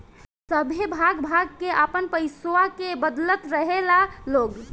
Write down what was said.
सभे भाग भाग के आपन पइसवा के बदलत रहेला लोग